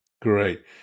Great